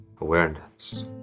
awareness